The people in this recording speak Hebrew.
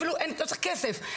אפילו לא צריך כסף,